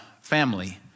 family